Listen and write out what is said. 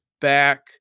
back